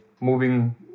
moving